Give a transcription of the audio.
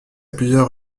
plusieurs